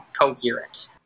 coherent